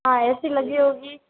हाँ A C लगी होगी